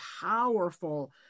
powerful